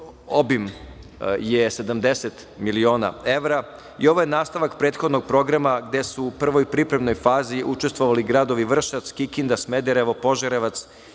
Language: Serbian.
obim je 70 miliona evra i ovo je nastavak prethodnog programa gde su u prvoj pripremnoj fazi učestvovali gradovi Vršac, Kikinda, Smederevo, Požarevac,